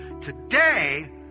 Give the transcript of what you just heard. today